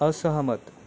असहमत